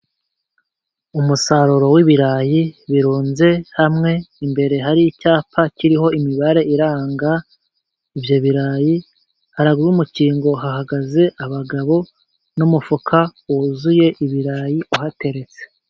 Umusaruro w'ibirayi birunze hamwe imbere hari icyapa kiriho imibare iranga ibyo birayi. Haruguru y'umukingo hahagaze abagabo n'umufuka wuzuye ibirayi uhateretse.